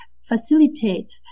facilitate